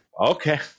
okay